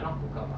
mmhmm